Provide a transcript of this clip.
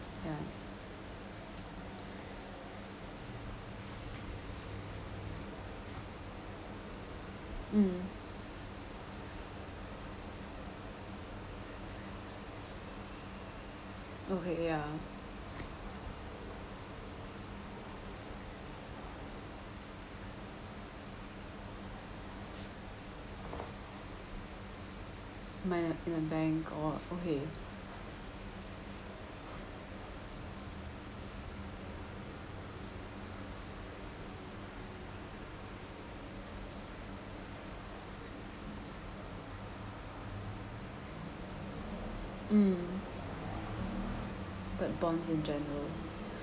ya mm okay ya might have been a bank or okay mm but bonds in general